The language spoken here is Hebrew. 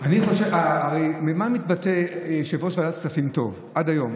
הרי במה מתבטא יושב-ראש ועדת כספים טוב, עד היום?